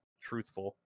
truthful